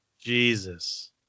Jesus